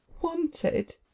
wanted